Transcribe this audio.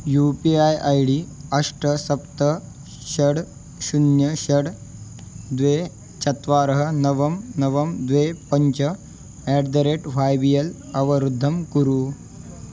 you P I I D अष्ट सप्त षट् शुन्यं षट् द्वे चत्वारि नव नव द्वे पञ्च at the rate y b l अवरुद्धं कुरु